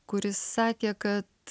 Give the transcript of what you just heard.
kur jis sakė kad